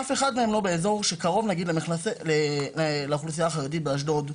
אף אחת מהן לא באזור שקרוב לאוכלוסייה החרדית באשדוד,